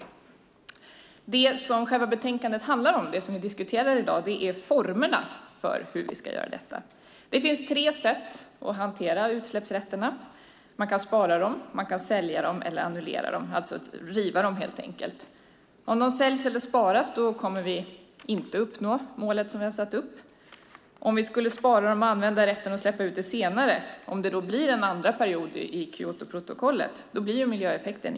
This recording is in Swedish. Det som själva betänkandet handlar om, det som vi diskuterar i dag, är formerna för hanteringen av utsläppsrätterna. Det finns tre sätt att hantera dem: Man kan spara dem, sälja dem eller annullera dem, alltså helt enkelt riva dem. Om de säljs eller sparas kommer vi inte att uppnå målet som vi har satt upp. Om vi skulle spara utsläppsrätterna och använda dem senare, om det blir en andra period i Kyotoprotokollet, blir det ingen miljöeffekt.